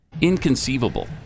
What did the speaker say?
inconceivable